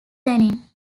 lenin